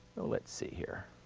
let's see here.